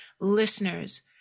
listeners